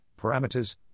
parameters